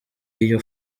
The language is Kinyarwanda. iyi